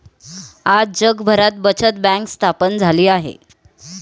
आज जगभरात बचत बँक स्थापन झाली आहे